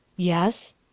Yes